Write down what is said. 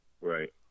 Right